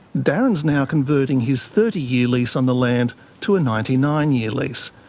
darren is now converting his thirty year lease on the land to a ninety nine year lease,